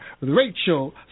Rachel